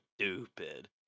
stupid